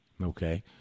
okay